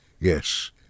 yes